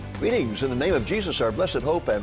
greetings in the name of jesus, our blessed hope, and